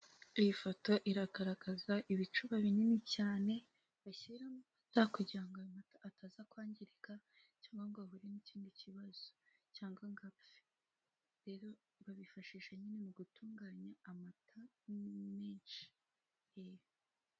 iyi foto iragaragaza ibicuba binini cyane bashiramo amata kugirango ayo mata ataza kwagirika cyangwa ngo ahure n'ikindi cyibazo cyangwa ngo apfe, rero babifashisha nyine mu gutunganya amata menshi.